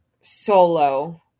solo